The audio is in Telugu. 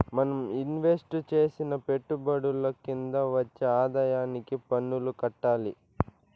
మనం ఇన్వెస్టు చేసిన పెట్టుబడుల కింద వచ్చే ఆదాయానికి పన్నులు కట్టాలి